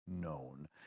known